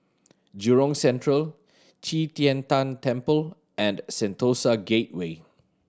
Jurong Central Qi Tian Tan Temple and Sentosa Gateway